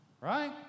Right